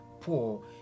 poor